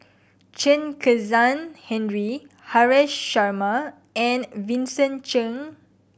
Chen Kezhan Henri Haresh Sharma and Vincent Cheng